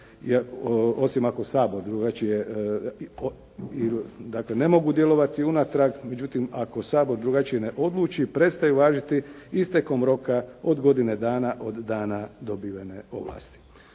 osim ako Sabor drugačije, dakle ne mogu djelovati unatrag, međutim ako Sabor drugačije ne odluči, prestaju važiti istekom roka od godine dana od dana dobivene ovlasti.